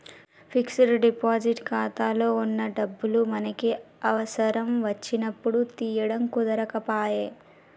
fixed deposit ఖాతాలో వున్న డబ్బులు మనకి అవసరం వచ్చినప్పుడు తీయడం కుదరకపాయె